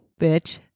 Bitch